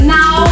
now